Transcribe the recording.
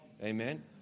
Amen